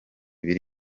biri